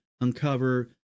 uncover